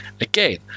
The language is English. Again